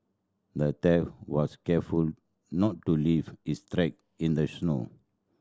the thief was careful not to leave his track in the snow